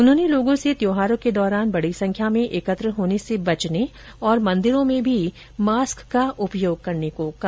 उन्होंने लोगों से त्योहारों के दौरान बड़ी संख्या में एकत्र होने से बचने और मंदिरों में भी मास्क का उपयोग करने को कहा